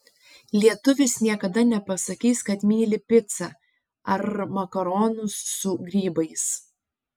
lietuvis niekada nepasakys kad myli picą ar makaronus su grybais